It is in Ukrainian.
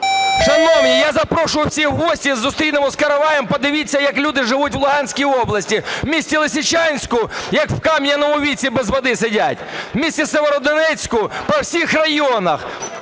Шановні, я запрошую усіх в гості, зустрінемо з караваєм. Подивіться, як люди живуть в Луганській області. В місті Лисичанську як в кам'яному віці без води сидять. В місті Сєвєродонецьку по всіх районах,